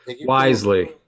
wisely